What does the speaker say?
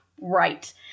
right